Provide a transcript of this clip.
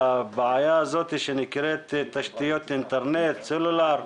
שנקראת תשתיות אינטרנט, סלולר,